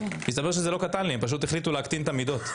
מסתבר שזה לא קטן לי אלא הם פשוט החליטו להקטין את המידות.